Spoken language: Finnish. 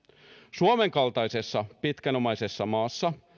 suomen kaltaisessa pitkänomaisessa maassa